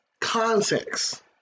Context